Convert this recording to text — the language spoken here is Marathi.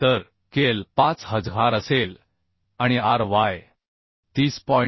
तर KL 5000 असेल आणि R y 30